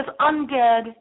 undead